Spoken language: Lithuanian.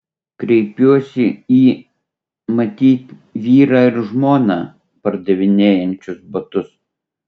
kreipiuosi į matyt vyrą ir žmoną pardavinėjančius batus